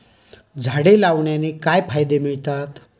झाडे लावण्याने काय फायदे मिळतात?